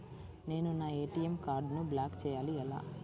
నేను నా ఏ.టీ.ఎం కార్డ్ను బ్లాక్ చేయాలి ఎలా?